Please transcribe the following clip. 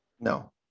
No